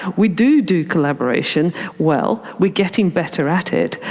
we do do collaboration well. we're getting better at it,